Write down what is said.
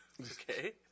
Okay